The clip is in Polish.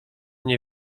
nie